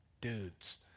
dudes